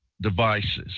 devices